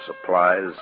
supplies